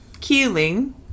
killing